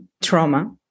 trauma